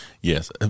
Yes